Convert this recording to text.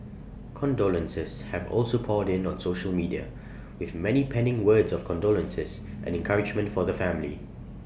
condolences have also poured in on social media with many penning words of condolences and encouragement for the family